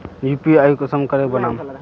UPI कुंसम करे बनाम?